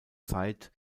zeit